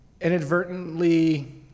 inadvertently